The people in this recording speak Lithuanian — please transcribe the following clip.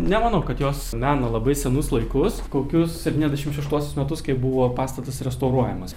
nemanau kad jos mena labai senus laikus kokius septyniasdešimt šeštuosius metus kai buvo pastatas restauruojamas